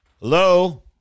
hello